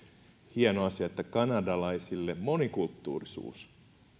hieno asia että kanadalaisille monikulttuurisuus